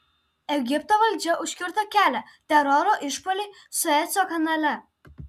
egipto valdžia užkirto kelią teroro išpuoliui sueco kanale